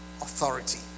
authority